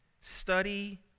Study